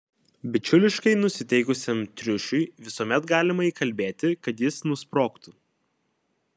bičiuliškai nusiteikusiam triušiui visuomet galima įkalbėti kad jis nusprogtų